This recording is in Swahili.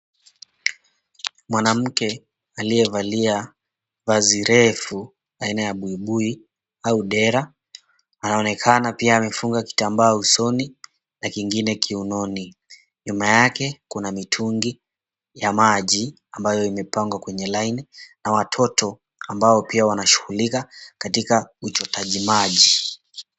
Mwanamke aliyevalia vazi refu aina ya buibui au dera anaonekana pia amefunga kitambaa usoni na kingine kiunoni. Nyuma yake kuna mitungi ya maji ambayo yamepangwa kwenye laini na watoto ambao pia wanashughulika katika uchotaji maji.